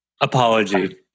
apology